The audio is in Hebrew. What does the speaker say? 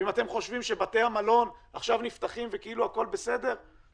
ואם אתם חושבים שבתי המלון עכשיו נפתחים וכאילו הכול בסדר,